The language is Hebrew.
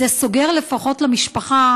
זה סוגר לפחות למשפחה